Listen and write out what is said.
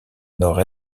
nord